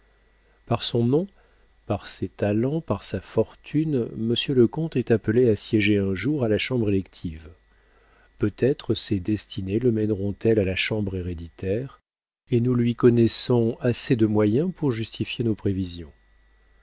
par son nom par ses talents par sa fortune monsieur le comte est appelé à siéger un jour à la chambre élective peut-être ses destinées le mèneront elles à la chambre héréditaire et nous lui connaissons assez de moyens pour justifier nos prévisions